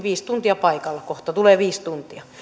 viisi tuntia paikalla kohta tulee viisi tuntia